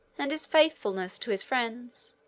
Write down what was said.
and his faithfulness to his friends,